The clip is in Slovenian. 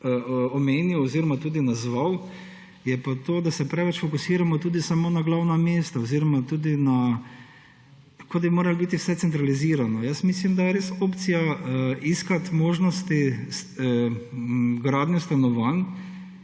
omenil oziroma tudi nazval je pa to, da se preveč fokusiramo tudi samo na glavna mesta oziroma kot da bi moralo biti vse centralizirano. Mislim, da je res opcija iskati možnosti gradnje stanovanj